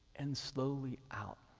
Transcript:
and slowly out,